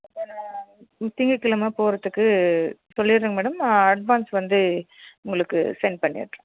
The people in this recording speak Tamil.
அப்போ நான் திங்கக்கிழம போகிறத்துக்கு சொல்லிடுறேங்க மேடம் அட்வான்ஸ் வந்து உங்களுக்கு செண்ட் பண்ணிடுறேன்